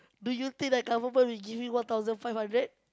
do you think that Government will give you one thousand five hundred